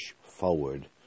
forward